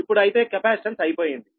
ఇప్పుడు అయితే కెపాసిటెన్స్ అయిపోయింది